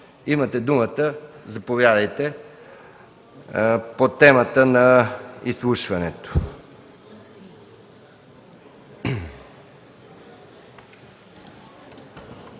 имате думата – заповядайте по темата на изслушването.